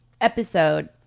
episode